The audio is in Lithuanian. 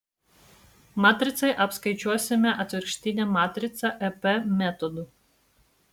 matricai apskaičiuosime atvirkštinę matricą ep metodu